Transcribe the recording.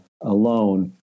alone